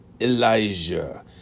Elijah